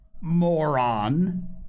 moron